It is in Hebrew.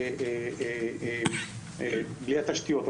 בלי התשתיות.